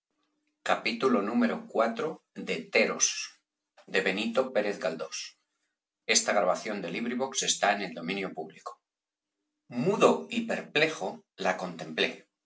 theros iv mudo y perplejo la contemplé